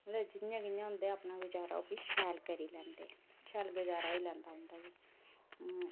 उ'ने जि'यां कि'यां होंदे अपना गुजारा ओह् बी शैल करी लैंदे शैल गुजारा होई लैंदा उंदा बी